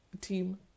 Team